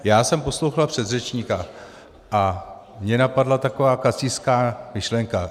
Já jsem poslouchal předřečníka a mě napadla taková kacířská myšlenka.